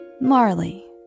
Marley